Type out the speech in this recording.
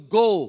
go